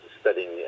studying